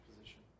position